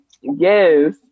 Yes